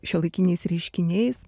šiuolaikiniais reiškiniais